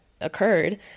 occurred